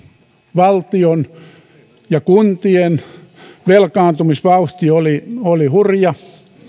valtion ja kuntien velkaantumisvauhti oli oli hurja